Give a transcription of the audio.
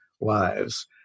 lives